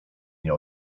nie